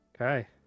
Okay